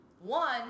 One